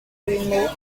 remote